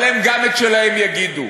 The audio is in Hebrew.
אבל גם הם את שלהם יגידו.